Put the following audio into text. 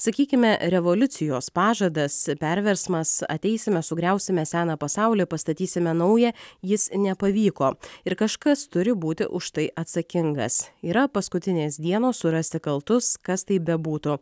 sakykime revoliucijos pažadas perversmas ateisime sugriausime seną pasaulį pastatysime naują jis nepavyko ir kažkas turi būti už tai atsakingas yra paskutinės dienos surasti kaltus kas tai bebūtų